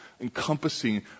encompassing